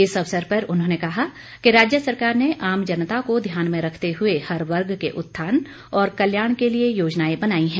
इस अवसर पर उन्होंने कहा कि राज्य सरकार ने आम जनता को ध्यान में रखते हुए हर वर्ग के उत्थान और कल्याण के लिए योजनाएं बनाई हैं